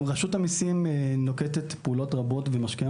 רשות המיסים נוקטת פעולות רבות ומשקיעה